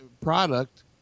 product